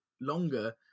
longer